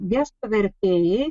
gestų vertėjai